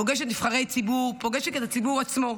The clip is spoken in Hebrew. פוגשת נבחרי ציבור, פוגשת את הציבור עצמו.